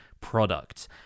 product